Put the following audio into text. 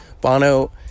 Bono